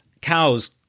Cows